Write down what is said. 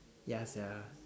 ya sia